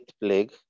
plague